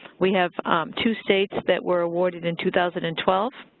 we have two states that were awarded in two thousand and twelve,